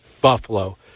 Buffalo